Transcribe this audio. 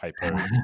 hyper